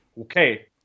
Okay